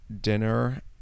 dinner